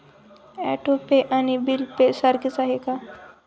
Auto pay आणि bill pay सारखेच आहे का?